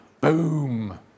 Boom